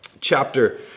chapter